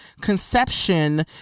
conception